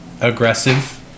aggressive